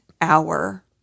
hour